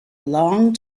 long